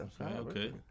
Okay